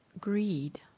greed